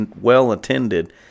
well-attended –